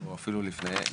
או אפילו לפניו,